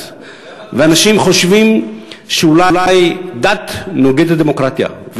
ואנשים חושבים שאולי דת מנוגדת לדמוקרטיה,